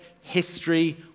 history